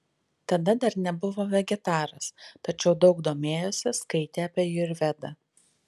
tada dar nebuvo vegetaras tačiau daug domėjosi skaitė apie ajurvedą